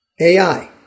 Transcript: AI